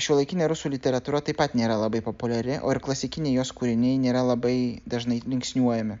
šiuolaikinė rusų literatūra taip pat nėra labai populiari o ir klasikiniai jos kūriniai nėra labai dažnai linksniuojami